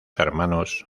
hermanos